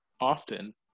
often